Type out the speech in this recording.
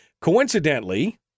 Coincidentally